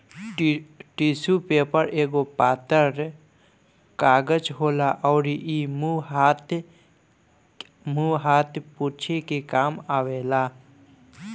tissue paper एगो पातर कागज होला अउरी इ मुंह हाथ पोछे के काम आवेला